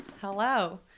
hello